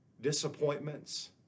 disappointments